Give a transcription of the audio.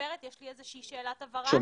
גבו מחיר יקר על שירות